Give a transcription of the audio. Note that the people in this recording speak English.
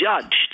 judged